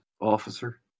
Officer